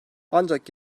ancak